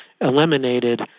eliminated